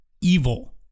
evil